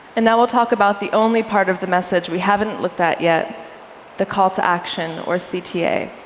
and now we'll talk about the only part of the message we haven't looked at yet the call to action, or cta.